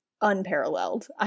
unparalleled